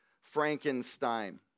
Frankenstein